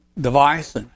device